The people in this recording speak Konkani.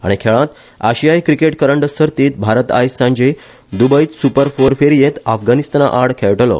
आनी खेळात आशिया क्रिकेट करंड सर्तीत भारत आयज सांजे द्बयत सुपर फोर फेरयेत अफगाणिस्ताना आड खेळटलो